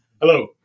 Hello